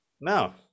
No